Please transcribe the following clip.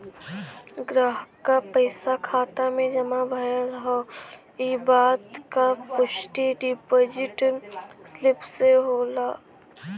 ग्राहक क पइसा खाता में जमा भयल हौ इ बात क पुष्टि डिपाजिट स्लिप से होला